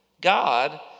God